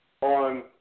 on